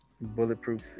Bulletproof